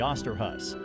Osterhus